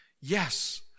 Yes